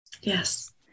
Yes